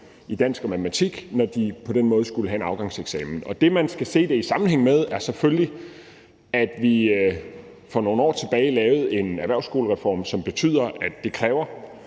i dansk og matematik, når de skulle have en afgangseksamen. Det, man selvfølgelig skal se det i sammenhæng med, er, at vi for nogle år tilbage lavede en erhvervsskolereform, som betyder, at det kræver